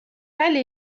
بله